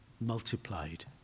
multiplied